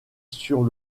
sur